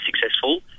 successful